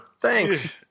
Thanks